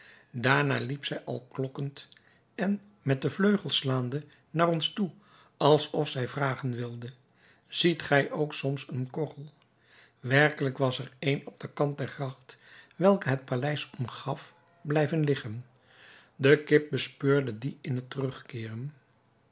daarna liep zij al klokkend en met de vleugels slaande naar ons toe alsof zij vragen wilde ziet gij ook soms nog een korrel werkelijk was er een op den kant der gracht welke het paleis omgaf blijven liggen de kip bespeurde dien in het terugkeeren